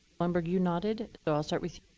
lundberg, you nodded so i'll start with